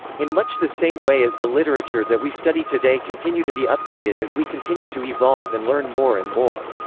in much the same way as the literature that we study today continue to be updated as we continue to evolve and learn more and more.